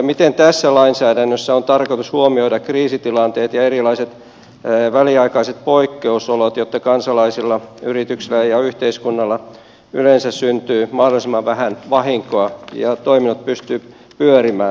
miten tässä lainsäädännössä on tarkoitus huomioida kriisitilanteet ja erilaiset väliaikaiset poikkeusolot jotta kansalaisille yrityksille ja yhteiskunnalle yleensä syntyy mahdollisimman vähän vahinkoa ja toiminnat pystyvät pyörimään